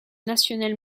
national